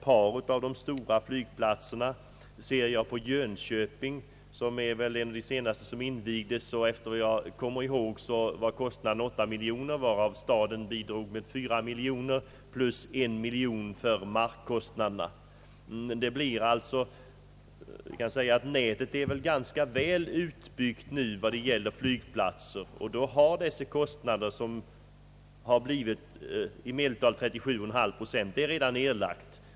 För Jönköpings flygplats, som väl är en av de senaste som invigdes, var kostnaden — efter vad jag kommer ihåg -- 8 miljoner kronor, varav staden bi Nätet av flygplatser är nu ganska väl utbyggt, och kommunernas bidrag — i medeltal 37,5 procent — har redan erlagts.